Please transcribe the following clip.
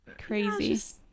crazy